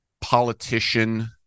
politician